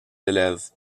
élèves